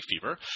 Fever